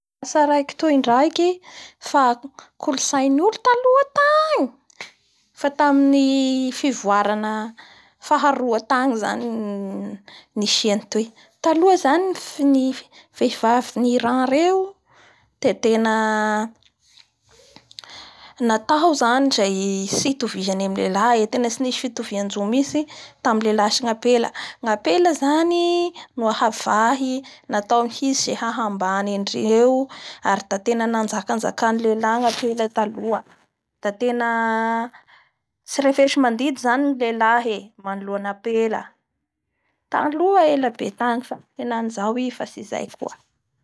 Tsaraiko itoy ndraiky, fa kolontsain'olo taloha tangy a tamin'ny fivoarana aha roa tangy zany ny nisian'itoy. Taloha zany ny vehivavain'ny Iran reo de tena natao zany izay tsy hitovizany amin'ny lehilahy e!tsy nisy fitovioanjo mihintsy tamin'ny lehilahy sy ny ampela ny ampela zany nahavay natao mihintsy izay nahambany andreo ary da tena anajakanjakany lehilahy ny ampela taloha da tena tsy refesimandidy zany ny ehilahy e!manooan'ny ampela